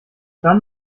dann